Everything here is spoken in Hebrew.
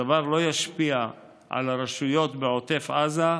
הדבר לא ישפיע על הרשויות בעוטף עזה,